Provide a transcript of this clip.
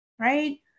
right